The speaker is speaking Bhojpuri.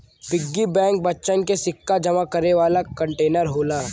पिग्गी बैंक बच्चन के सिक्का जमा करे वाला कंटेनर होला